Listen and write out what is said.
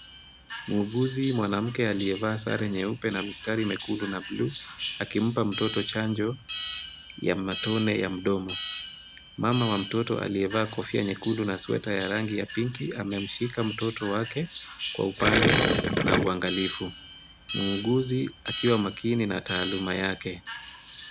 Muuguzi mwanamke aliyevaa sare nyeupe na mistari mekundu na bluu akimpa mtoto chanjo ya matone ya mdomo. Mama wa mtoto aliyevaa kofia nyekundu na sweta ya rangi ya pinki amemshika mtoto wake kwa upande na uangalifu muuguzi akiwa makini na taaluma yake.